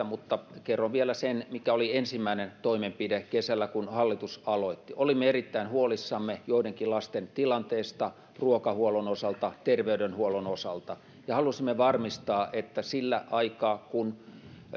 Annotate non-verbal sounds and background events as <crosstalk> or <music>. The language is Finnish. <unintelligible> mutta kerron vielä sen mikä oli ensimmäinen toimenpide kesällä kun hallitus aloitti olimme erittäin huolissamme joidenkin lasten tilanteesta ruokahuollon osalta terveydenhuollon osalta ja halusimme varmistaa että sillä aikaa kun